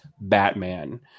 Batman